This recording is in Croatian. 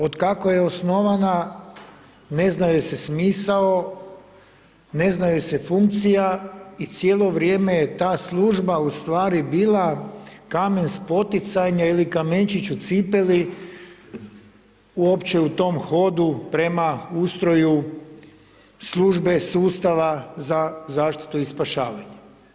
Otkako je osnovana, ne zna joj se smisao, ne zna joj se funkcija i cijelo vrijeme je ta služba u stvari bila kamen spoticanja ili kamenčić u cipeli uopće u tom hodu prema ustroju službe sustava za zaštitu i spašavanje.